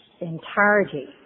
entirety